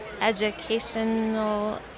educational